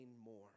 more